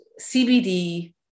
cbd